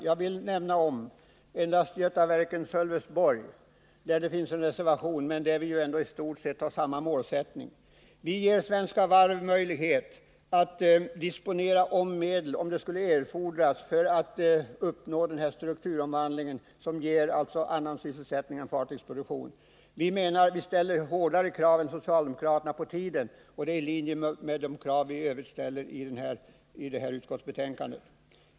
Jag vill endast nämna reservation 5 om Götaverken Sölvesborg AB. Här har vi i stort sett samma målsättning. Vi ger Svenska Varv möjlighet att, om så skulle erfordras, disponera om medel för att klara strukturomvandlingen, som alltså skulle kunna ge annan sysselsättning än den som fartygsproduktionen ger. Vi ställer hårdare krav än socialdemokraterna när det gäller tiden på att uppnå lönsamhet, vilket är i linje med de övriga krav som vi ställer i utskottsbetänkandet.